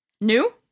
New